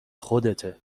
خودته